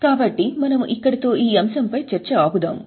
కాబట్టి మనము ఇక్కడితో ఈ అంశం పై చర్చ ఆపుదాము